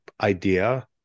idea